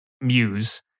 muse